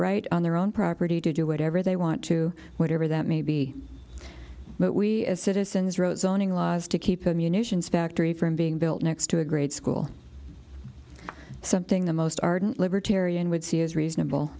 right on their own property to do whatever they want to whatever that may be but we as citizens wrote zoning laws to keep the munitions factory from being built next to a grade school something the most ardent libertarian would see is reasonable